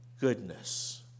goodness